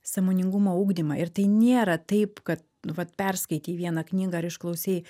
sąmoningumo ugdymą ir tai nėra taip ka nu vat perskaitei vieną knygą ar išklausei